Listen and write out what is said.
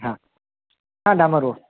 હા ડામર રોડ